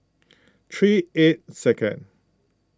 three eight second